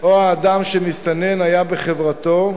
או האדם שהמסתנן היה בחברתו,